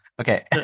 Okay